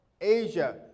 Asia